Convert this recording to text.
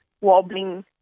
wobbling